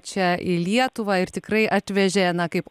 čia į lietuvą ir tikrai atvežė na kaip